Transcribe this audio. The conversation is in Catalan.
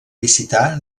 visitar